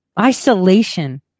Isolation